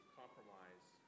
compromise